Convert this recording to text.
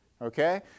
okay